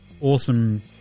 awesome